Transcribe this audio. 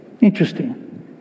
Interesting